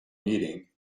meeting